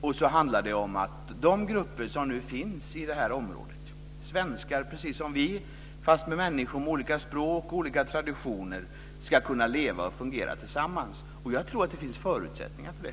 Det handlar också om att de grupper som nu finns i detta område, svenskar precis som vi men människor med olika språk och olika traditioner, ska kunna leva och fungera tillsammans. Och jag tror att det finns förutsättningar för det.